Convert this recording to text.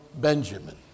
Benjamin